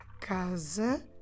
casa